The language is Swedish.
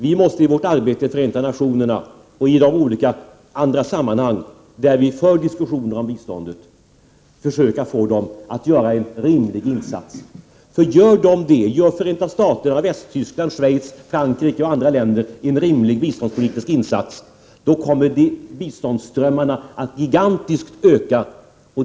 Vi måste i vårt arbete i Förenta nationerna och i de olika andra sammanhang där vi för diskussioner om biståndet försöka få andra länder att göra en rimlig insats. Gör Förenta staterna, Västtyskland, Schweiz, Frankrike och andra länder en rimlig biståndspolitisk insats, då kommer biståndsströmmarna att gigantiskt öka.